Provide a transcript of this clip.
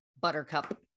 Buttercup